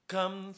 Come